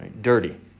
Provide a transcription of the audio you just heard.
dirty